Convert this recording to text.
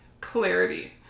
clarity